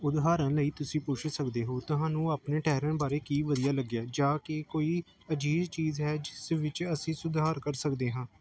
ਉਦਾਹਰਨ ਲਈ ਤੁਸੀਂ ਪੁੱਛ ਸਕਦੇ ਹੋ ਤੁਹਾਨੂੰ ਆਪਣੇ ਠਹਿਰਨ ਬਾਰੇ ਕੀ ਵਧੀਆ ਲੱਗਿਆ ਜਾਂ ਕੀ ਕੋਈ ਅਜਿਹੀ ਚੀਜ਼ ਹੈ ਜਿਸ ਵਿੱਚ ਅਸੀਂ ਸੁਧਾਰ ਕਰ ਸਕਦੇ ਹਾਂ